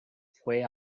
fue